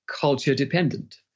culture-dependent